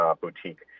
boutique